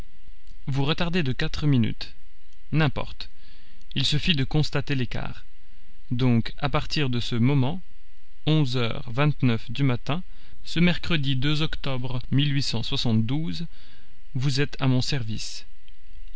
vous retardez de quatre minutes n'importe il suffit de constater l'écart donc à partir de ce moment onze heures vingt-neuf du matin ce mercredi octobre vous êtes à mon service